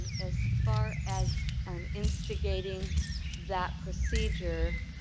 and as far as um instigating that procedure,